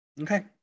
Okay